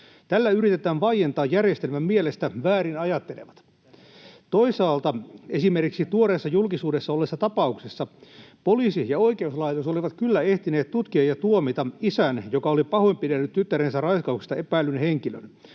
Tällä yritetään vaientaa järjestelmän mielestä väärin ajattelevat. Toisaalta esimerkiksi tuoreessa, julkisuudessa olleessa tapauksessa poliisi ja oikeuslaitos olivat kyllä ehtineet tutkia ja tuomita isän, joka oli pahoinpidellyt tyttärensä raiskauksesta epäillyn henkilön,